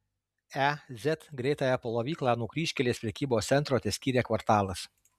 e z greitąją plovyklą nuo kryžkelės prekybos centro teskyrė kvartalas